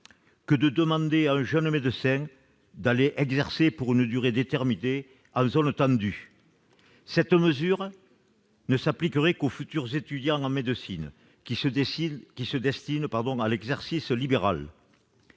que de demander à un jeune médecin d'aller exercer, pour une durée déterminée, en zone tendue. Cette mesure ne s'appliquerait qu'aux futurs étudiants en médecine qui se destinent à l'exercice libéral.